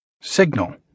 Signal